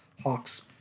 hawks